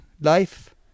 life